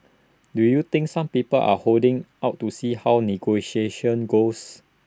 do you think some people are holding out to see how negotiations goes